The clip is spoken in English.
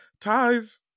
Ties